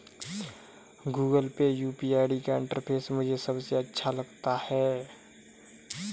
Google pay UPI का interface मुझे सबसे अच्छा लगता है